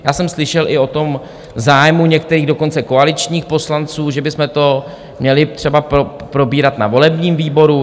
Já jsem slyšel i o tom zájmu některých, dokonce koaličních poslanců, že bychom to měli třeba probírat na volebním výboru.